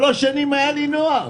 שלוש שנים היה לי נוח,